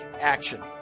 action